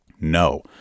No